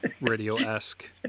radio-esque